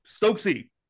Stokesy